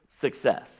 success